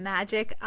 Magic